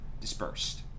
dispersed